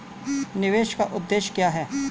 निवेश का उद्देश्य क्या है?